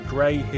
Grey